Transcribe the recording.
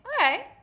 okay